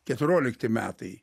keturiolikti metai